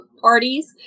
parties